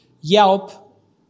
Yelp